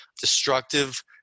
destructive